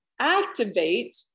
activate